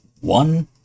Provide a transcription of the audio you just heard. one